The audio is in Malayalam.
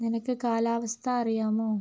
നിനക്ക് കാലാവസ്ഥാ അറിയാമോ